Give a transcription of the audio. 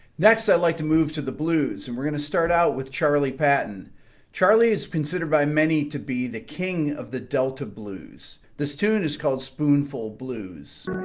next i'd like to move to the blues and we're to start out with charlie patton charlie is considered by many to be the king of the delta blues. this tune is called spoonful blues